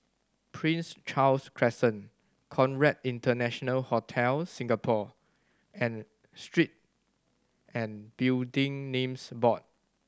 Prince Charles Crescent Conrad International Hotel Singapore and Street and Building Names Board